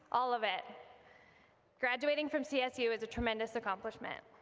all of it graduating from csu is a tremendous accomplishment!